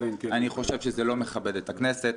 אני חושב שזה לא מכבד את הכנסת.